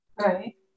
Right